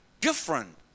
different